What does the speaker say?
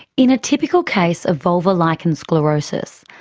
in a typical case of vulvar lichen sclerosus,